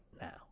now